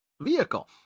vehicle